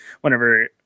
whenever